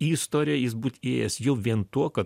į istoriją jis būt įėjęs jau vien tuo kad